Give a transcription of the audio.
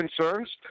concerns